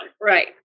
right